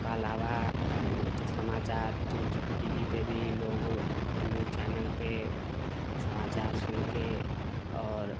ओकर अलावा समाचार न्यूज टी वी पे भी लोग न्यूज चैनलपे समाचार सुनिके आओर